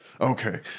Okay